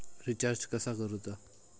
Recharge कसा करूचा?